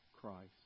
Christ